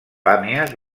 pàmies